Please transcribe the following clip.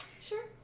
Sure